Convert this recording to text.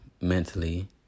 mentally